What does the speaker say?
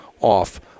off